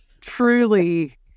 truly